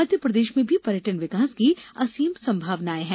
मध्यप्रदेश में भी पर्यटन विकास की असीम संभावनाएं हैं